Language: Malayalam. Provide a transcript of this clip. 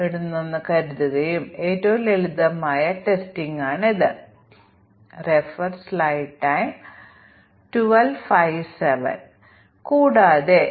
അതിനാൽ നമുക്ക് ഇക്വലെനറ്റ് മ്യൂട്ടന്റ് ഉള്ളപ്പോൾ ഞങ്ങളുടെ ടെസ്റ്റിംഗ് പ്രക്രിയ ഓട്ടോമേറ്റഡ് ടെസ്റ്റിംഗ് പ്രക്രിയ പ്രശ്നത്തിലാകും